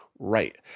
Right